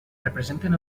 representen